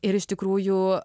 ir iš tikrųjų